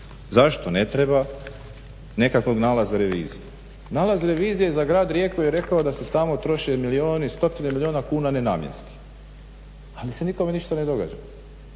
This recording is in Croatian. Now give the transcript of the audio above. zašto ne treba nekakvog nalaza revizije. Nalaz revizije za grad Rijeku rekao da se tamo troše milijuni, stotine milijuna ne namjenski ali se nikome ništa ne događa.